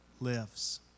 lives